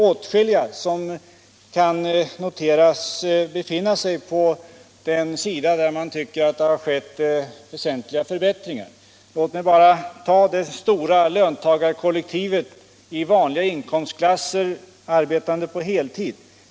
Åtskilliga kan noteras befinna sig på den sida där man tycker att det har skett väsentliga förbättringar. Låt mig bara ta det stora löntagarkollektivet i vanliga inkomstklasser, arbetande på heltid.